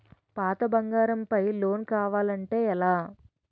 పాత బంగారం పై లోన్ కావాలి అంటే ఎలా?